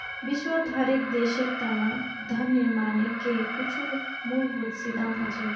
विश्वत हर एक देशेर तना धन निर्माणेर के कुछु मूलभूत सिद्धान्त हछेक